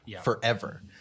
forever